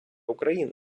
україни